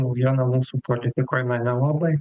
naujiena mūsų politikoj na nelabai